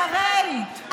שרן,